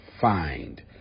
find